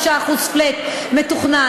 3% flat מתוכנן,